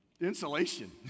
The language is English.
insulation